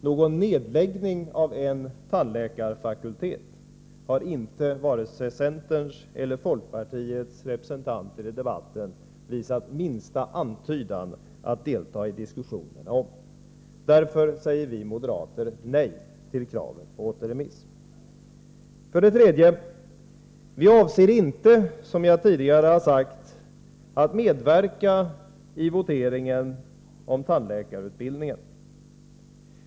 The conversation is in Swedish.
Någon nedläggning av en tandläkarfakultet har inte vare sig centerns eller folkpartiets representanter i debatten visat minsta antydan att delta i diskussionerna om. Därför säger vi moderater nej till kravet på återremiss. För det tredje: Vi avser inte, som jag tidigare har sagt, att medverka i voteringen om tandläkarutbildningen.